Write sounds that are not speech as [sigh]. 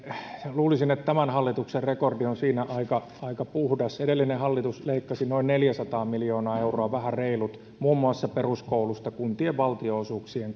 luulisin että tämän hallituksen rekordi on aika aika puhdas edellinen hallitus leikkasi noin neljäsataa miljoonaa euroa vähän reilut muun muassa peruskoulusta kuntien valtionosuuksien [unintelligible]